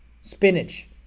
spinach